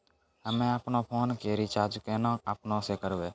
हम्मे आपनौ फोन के रीचार्ज केना आपनौ से करवै?